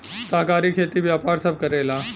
सहकारी खेती व्यापारी सब करेला